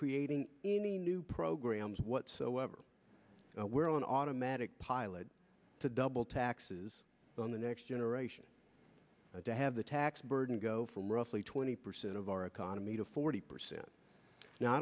creating any new programs whatsoever we're on automatic pilot to double taxes on the next generation to have the tax burden go from roughly twenty percent of our economy to forty percent now i